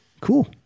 Cool